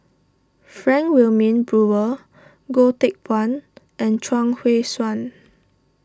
Frank Wilmin Brewer Goh Teck Phuan and Chuang Hui Tsuan